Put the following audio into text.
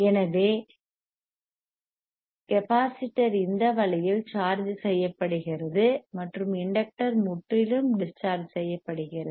எனவே கெப்பாசிட்டர் இந்த வழியில் சார்ஜ் செய்யப்படுகிறது மற்றும் இண்டக்டர் முற்றிலும் டிஸ் சார்ஜ் செய்யப்படுகிறது